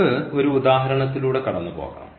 നമുക്ക് ഒരു ഉദാഹരണത്തിലൂടെ കടന്നു പോകാം